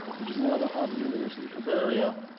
which is now the harvard university herbaria,